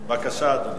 בבקשה, אדוני.